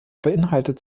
beinhaltet